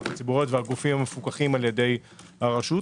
הציבוריות והגופים המפוקחים על ידי הרשות,